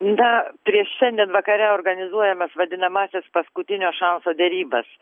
na prieš šiandien vakare organizuojamas vadinamąsias paskutinio šanso derybas